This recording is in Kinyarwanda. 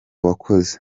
wakoze